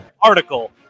article